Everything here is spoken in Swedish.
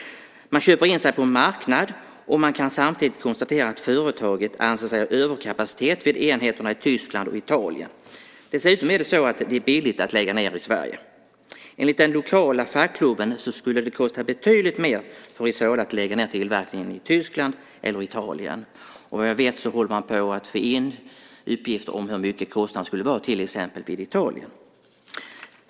Man köper in sig på en marknad. Samtidigt kan det konstateras att företaget anser sig ha överkapacitet vid enheterna i Tyskland och Italien. Dessutom är det billigt att lägga ned i Sverige. Enligt den lokala fackklubben skulle det kosta betydligt mer för Isola att lägga ned tillverkningen i Tyskland eller Italien. Vad jag vet håller man på att få in uppgifter om hur stor kostnaden skulle vara för till exempel Italien.